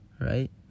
right